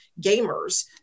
gamers